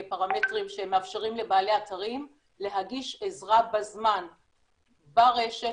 פרמטרים שמאפשרת לבעלי אתרים להגיש עזרה בזמן ברשת,